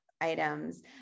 items